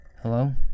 Hello